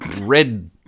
red